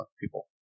people